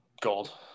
gold